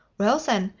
well, then,